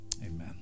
Amen